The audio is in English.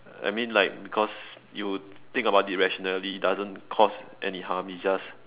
I mean like because you think about it rationally doesn't cause any harm it's just